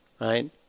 right